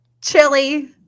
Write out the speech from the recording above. chili